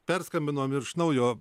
perskambinom iš naujo